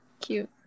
cute